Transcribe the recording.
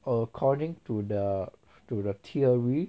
according to the to the theory